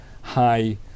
high